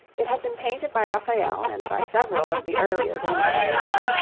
it had been painted by raphael and by several of the earlier venetian painters,